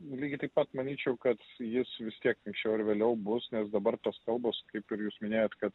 lygiai taip pat manyčiau kad jis vis tiek anksčiau ar vėliau bus nes dabar tos kalbos kaip ir jūs minėjot kad